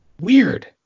Weird